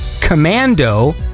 Commando